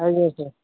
ଆଜ୍ଞା ସାର୍